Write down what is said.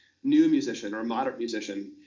new musician, or a moderate musician.